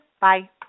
Bye